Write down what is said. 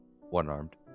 One-armed